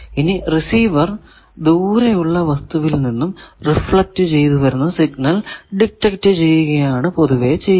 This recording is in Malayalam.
ഇനി റിസീവർ ദൂരെ ഉള്ള വസ്തുവിൽ നിന്നും റിഫ്ലക്ട് ചെയ്തു വരുന്ന സിഗ്നൽ ഡിറ്റക്ട് ചെയ്യുകയാണ് പൊതുവെ ചെയ്യുക